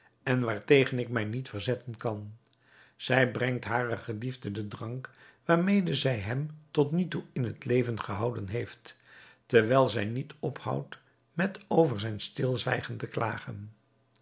en waartegen ik mij niet verzetten kan zij brengt haren geliefde den drank waarmede zij hem tot nu toe in het leven gehouden heeft terwijl zij niet ophoudt met over zijn stilzwijgen te klagen